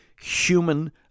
human